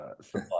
supply